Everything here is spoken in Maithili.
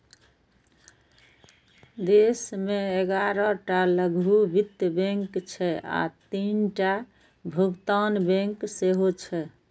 देश मे ग्यारह टा लघु वित्त बैंक छै आ तीनटा भुगतान बैंक सेहो छै